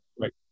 Right